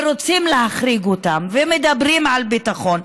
ורוצים להחריג אותם ומדברים על ביטחון.